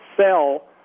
sell